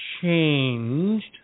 changed